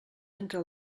entre